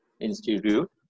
Institute